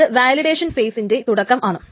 ഇത് വാലിഡേഷൻ ഫെയ്സിൻറെ തുടക്കമാണ്